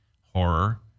horror